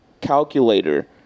calculator